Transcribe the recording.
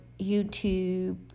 YouTube